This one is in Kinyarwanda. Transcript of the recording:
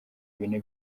bine